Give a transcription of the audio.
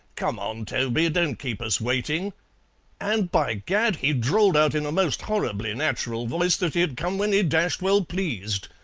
come on, toby don't keep us waiting and, by gad! he drawled out in a most horribly natural voice that he'd come when he dashed well pleased!